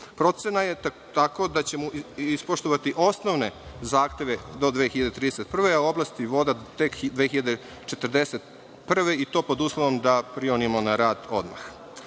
Procena je tako da ćemo ispoštovati osnovne zahteve do 2031. godine, a oblasti voda tek 2041. godine i to pod uslovom da prionemo na rad